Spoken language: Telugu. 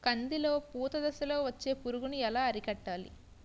కందిలో పూత దశలో వచ్చే పురుగును ఎలా అరికట్టాలి?